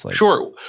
like sure.